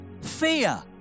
Fear